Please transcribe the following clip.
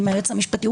עם היועץ המשפטי,